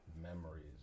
memories